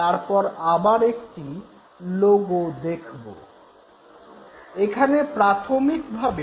তারপর আবার আর একটি লোগো দেখব